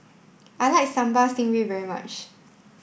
I like Sambal Stingray very much